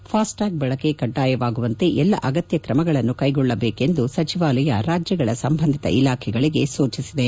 FASTag ಬಳಕೆ ಕೆಡ್ಡಾಯವಾಗುವಂತೆ ಎಲ್ಲ ಅಗತ್ಯ ಕ್ರಮಗಳನ್ನು ಕೈಗೊಳ್ಳಬೇಕು ಎಂದೂ ಸಚಿವಾಲಯ ರಾಜ್ಯಗಳ ಸಂಬಂಧಿತ ಇಲಾಖೆಗಳಿಗೆ ಸೂಚಿಸಿದೆ